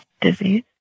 disease